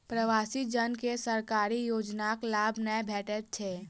प्रवासी जन के सरकारी योजनाक लाभ नै भेटैत छै